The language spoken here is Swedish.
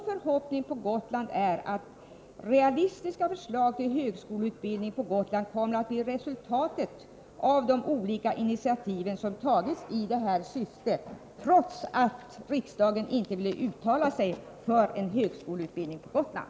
Förhoppningen på Gotland är att realistiska förslag till högskoleutbildning på Gotland kommer att bli resultatet av de olika initiativ som tagits i detta syfte, trots att riksdagen inte vill uttala sig för en högskoleutbildning på Gotland.